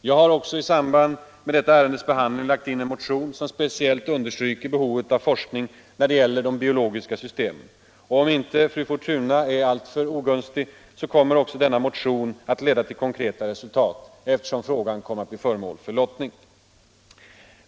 Jag har också i samband med detta ärendes behandling lagt fram en motion som speciellt understryker behovet av forskning när det gäller de biologiska systemen. Om inte fru Fortuna är alltför ogunstig så kommer också denna motion att leda till konkreta resultat eftersom frågan kommer att bli föremål för lottning.